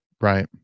Right